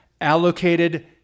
allocated